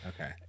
Okay